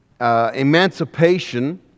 emancipation